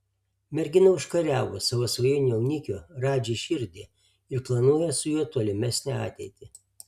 mergina užkariavo savo svajonių jaunikio radži širdį ir planuoja su juo tolimesnę ateitį